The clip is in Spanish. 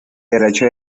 derecho